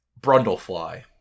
Brundlefly